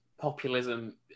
populism